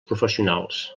professionals